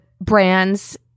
brands